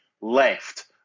left